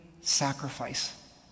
sacrifice